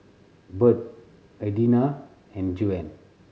Bird Adina and Juan